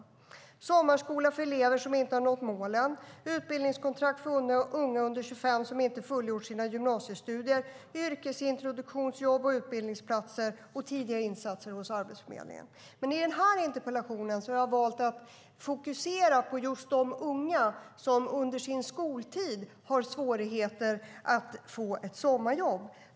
Vi föreslår sommarskola för elever som inte har nått målen, utbildningskontrakt för unga under 25 år som inte har fullgjort sina gymnasiestudier, yrkesintroduktionsjobb, utbildningsplatser och tidiga insatser hos Arbetsförmedlingen. Men i den här interpellationen har jag valt att fokusera på just de unga som under sin skoltid har svårigheter att få ett sommarjobb.